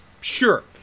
Sure